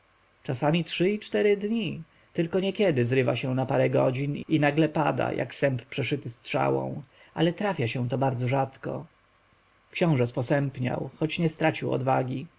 czasami trzy i cztery dni tylko niekiedy zrywa się na parę godzin i nagle pada jak sęp przeszyty strzałą ale trafia się to bardzo rzadko książę sposępniał choć nie stracił odwagi